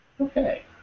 Okay